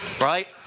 right